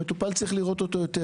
כשצריך לראות את המטופל יותר,